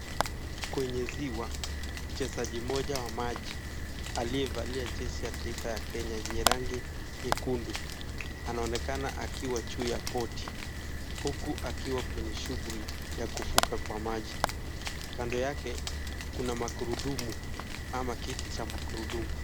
Kwenye ziwa, mchezaji mmoja wa maji aliyevalia jersey ya taifa ya Kenya yenye rangi nyekundu, anaonekana akiwa juu ya boat huku akiwa kwenye shughuli ya kuvuka kwa maji, kando yake kuna magurudumu ama kiti cha magurudumu.